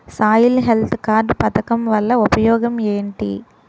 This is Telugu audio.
సాయిల్ హెల్త్ కార్డ్ పథకం వల్ల ఉపయోగం ఏంటి?